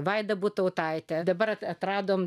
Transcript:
vaida butautaitė dabar atradome